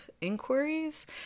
inquiries